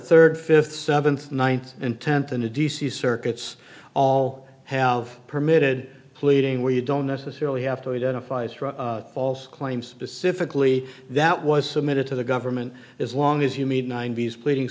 third fifth seventh ninth and tenth and the d c circuits all have permitted pleading where you don't necessarily have to identify straw false claims specifically that was submitted to the government as long as you meet ninety's pleading